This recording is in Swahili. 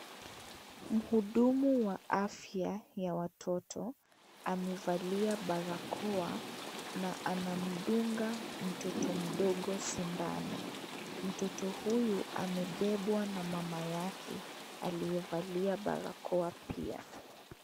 Mhudumu wa afya ya watoto, amevalia barakoa na anamdunga mtoto mdogo sindano. Mtoto huyu, amebebwa na mama yake, aliyevalia barakoa pia.